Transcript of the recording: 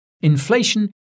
Inflation